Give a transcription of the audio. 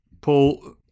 Paul